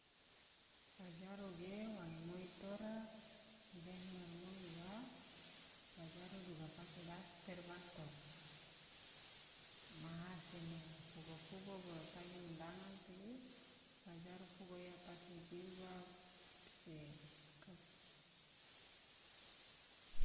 Fajaru ge wange moi tora se gahi ngaramoi ua fajaru duga pake daster bato, maha sema fugo fugo bolo tagi undangan tage fajaru fugo iya pake jilbab se kabaya gau gau.